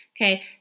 Okay